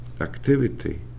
activity